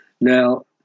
Now